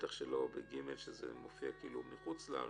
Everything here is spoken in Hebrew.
בטח שלא ב-(ג) שזה מופיע כאיל הוא מחו"ל.